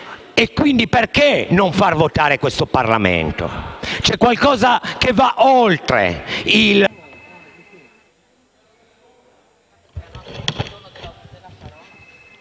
Quindi perché non far votare questo Parlamento? C'è qualcosa che va oltre il